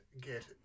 get